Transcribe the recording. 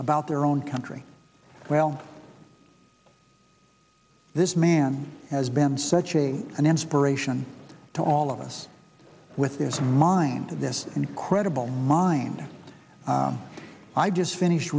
about their own country well this man has been such a an inspiration to all of us with this in mind this incredible mind i just finished